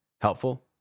helpful